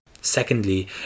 Secondly